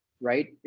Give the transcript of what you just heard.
right